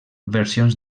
versions